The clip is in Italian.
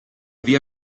via